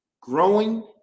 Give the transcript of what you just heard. growing